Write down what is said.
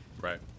Right